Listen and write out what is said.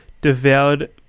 devoured